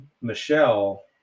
Michelle